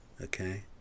okay